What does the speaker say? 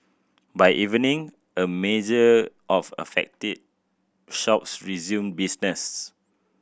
by evening a major of affected shops resumed business